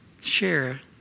share